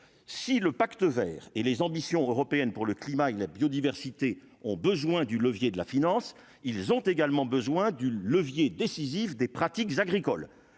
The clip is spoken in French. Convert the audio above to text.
si le pacte Vert et les ambitions européennes pour le climat et la biodiversité, ont besoin du levier de la finance, ils ont également besoin du levier décisif des pratiques agricoles,